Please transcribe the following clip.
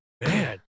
Man